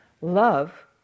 love